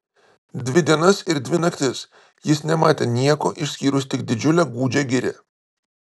dvi dienas ir dvi naktis jis nematė nieko išskyrus tik didžiulę gūdžią girią